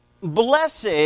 Blessed